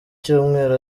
cyumweru